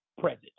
present